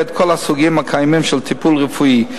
את כל הסוגים הקיימים של טיפול רפואי.